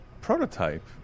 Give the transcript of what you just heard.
Prototype